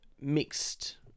mixed